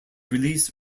release